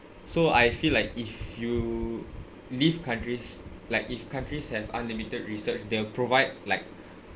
so I feel like if you leave countries like if countries have unlimited research they'll provide like